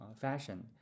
fashion